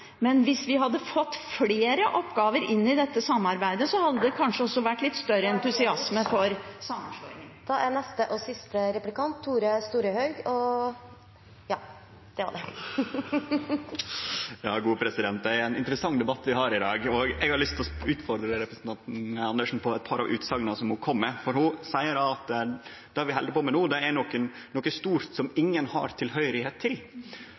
Men hvis vi hadde fått flere oppgaver inn i dette samarbeidet, hadde det kanskje også vært litt større entusiasme for sammenslåingen. Det er ein interessant debatt vi har i dag, og eg har lyst til å utfordre representanten Andersen på eit par av utsegnene ho kom med. For ho seier at det vi held på med no, er noko stort, som ingen har tilhøyrsle til.